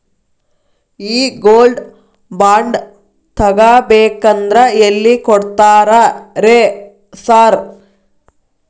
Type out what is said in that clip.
ಈ gold bond ತಗಾಬೇಕಂದ್ರ ಎಲ್ಲಿ ಕೊಡ್ತಾರ ರೇ ಸಾರ್?